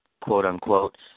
quote-unquote